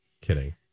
kidding